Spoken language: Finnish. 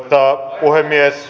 arvoisa puhemies